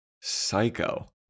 psycho